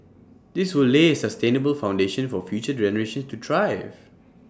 this will lay A sustainable foundation for future generations to thrive